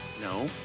No